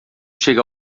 chega